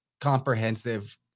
comprehensive